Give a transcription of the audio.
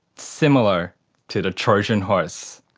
similar to the trojan horse.